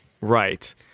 Right